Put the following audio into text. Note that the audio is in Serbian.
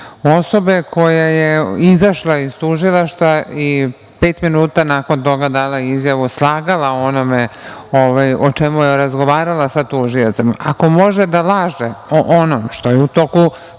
osobe koja je izašla iz tužilaštva i pet minuta nakon toga dala izjavu, slagala o onome o čemu je razgovarala sa tužiocem. Ako može da laže o onome što je u toku